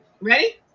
Ready